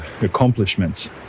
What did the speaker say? accomplishments